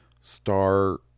Star